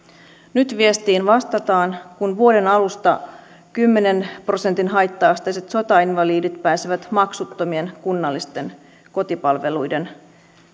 nyt viestiin vastataan kun vuoden alusta kymmenen prosentin haitta asteiset sotainvalidit pääsevät maksuttomien kunnallisten kotipalveluiden